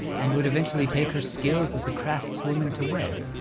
and would eventually take her skills as a craftswoman to wed,